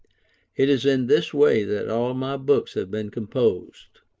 it is in this way that all my books have been composed.